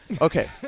okay